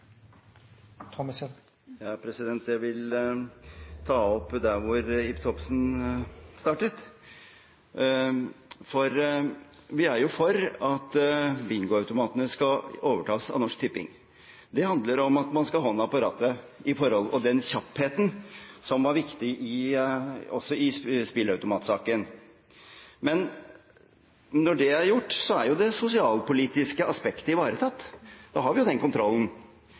ta opp det som Ib Thomsen startet med. Vi er jo for at bingoautomatene skal overtas av Norsk Tipping. Det handler om at man skal ha hånden på rattet og den kjappheten som var viktig også i spilleautomatsaken. Men når det er gjort, er jo det sosialpolitiske aspektet ivaretatt. Da har vi den kontrollen.